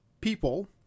people